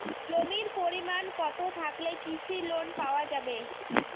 জমির পরিমাণ কতো থাকলে কৃষি লোন পাওয়া যাবে?